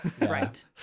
Right